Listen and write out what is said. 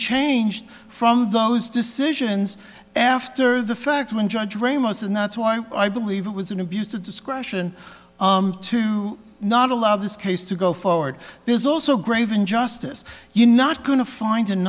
changed from those decisions after the fact when judge ramos and that's why i believe it was an abuse of discretion to not allow this case to go forward there's also grave injustice you not going to find in